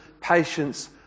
patience